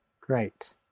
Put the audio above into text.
Great